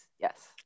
Yes